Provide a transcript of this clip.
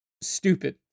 stupid